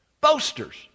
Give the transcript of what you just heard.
Boasters